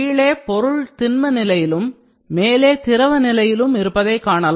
கீழே பொருள் திண்ம நிலையிலும் மேலே திரவ நிலையிலும் இருப்பதை காணலாம்